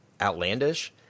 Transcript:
outlandish